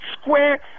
square